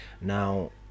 Now